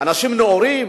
אנשים נאורים,